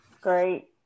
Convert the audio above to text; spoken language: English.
Great